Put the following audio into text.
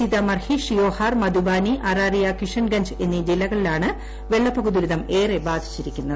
സീതാമർഹി ഷിയോഹാർ മധുബാനി അറാറിയ കിഷൻഗഞ്ച് എന്നീ ജില്ലകളിലാണ് വെള്ളപ്പൊക്ക ദുരിതം ഏറെ ബാധിച്ചിരിക്കുന്നത്